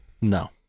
No